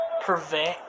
prevent